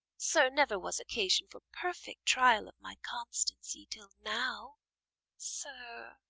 sir, never was occasion for perfect trial of my constancy till now sir,